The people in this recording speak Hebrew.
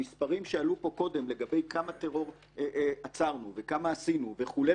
המספרים שעלו פה קודם לגבי כמה טרור עצרנו וכמה עשינו וכולי,